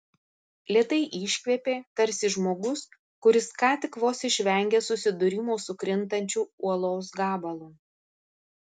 lėtai iškvėpė tarsi žmogus kuris ką tik vos išvengė susidūrimo su krintančiu uolos gabalu